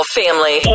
family